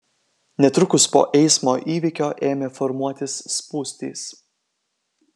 netrukus po eismo įvykio ėmė formuotis spūstys